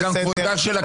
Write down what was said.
זה גם כבודה של הכנסת.